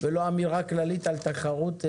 ולא אמירה כללית על תחרות באוניות.